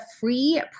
free